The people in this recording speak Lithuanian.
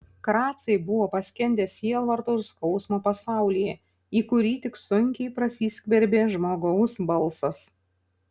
kracai buvo paskendę sielvarto ir skausmo pasaulyje į kurį tik sunkiai prasiskverbė žmogaus balsas